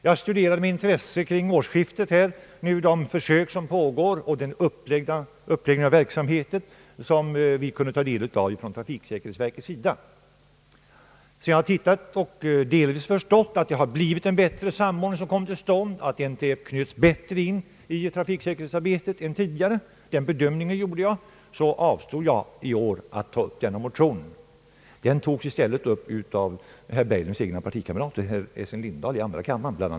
Jag studerade med intresse kring årsskiftet de försök som pågår i trafiksäkerhetsverkets regi och den uppläggning av verksamheten som vi kunde ta del av. Sedan jag förstått att en bättre samordning kommit till stånd och att NTF bättre än tidigare knöts till trafiksäkerhetsarbetet — den bedömningen gjorde jag — avstod jag i år från att ta upp denna motion. Den togs i stället upp av herr Berglunds egna partikam rater, bl.a. herr Lindahl i andra kammaren.